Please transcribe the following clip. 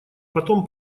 потом